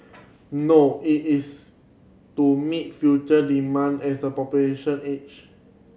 no it is to meet future demand as the population age